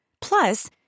Plus